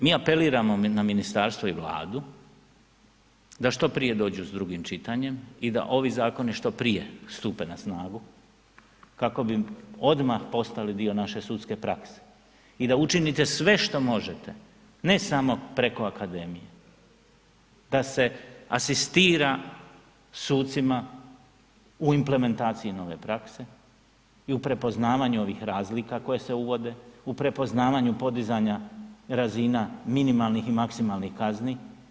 Mi apeliramo na ministarstvo i Vladu, da što prije dođu s drugim čitanjem i da ovi zakoni što prije stupe na snagu kako bi odmah postali dio naše sudske prakse i da učinite sve što možete, ne samo preko akademije da se asistira sucima u implementaciji nove prakse i u prepoznavanju ovih razlika koje se uvode, u prepoznavanju podizanja razina minimalnih i maksimalnih kazni.